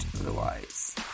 otherwise